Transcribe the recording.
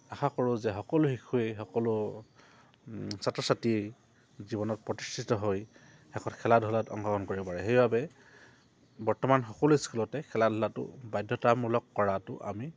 আশা কৰোঁ যে সকলো শিশুৱে সকলো ছাত্ৰ ছাত্ৰী জীৱনত প্ৰতিষ্ঠিত হৈ শেষত খেলা ধূলাত অংগ্ৰহণ কৰিব পাৰে সেইবাবে বৰ্তমান সকলো স্কুলতে খেলা ধূলাটো বাধ্যতামূলক কৰাটো আমি